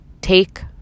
Take